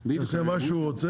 אם כל חקלאי יעשה מה שהוא רוצה,